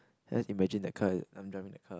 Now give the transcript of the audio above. I just imagine that car is I'm driving the car